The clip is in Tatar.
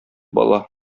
бала